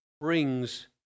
brings